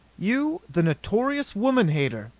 you, the notorious woman hater,